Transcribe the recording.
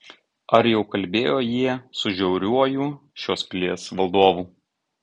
ar jau kalbėjo jie su žiauriuoju šios pilies valdovu